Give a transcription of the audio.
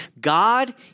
God